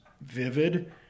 vivid